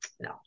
no